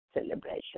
celebration